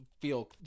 feel